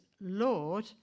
Lord